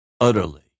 utterly